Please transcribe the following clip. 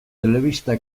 telebista